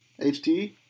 HT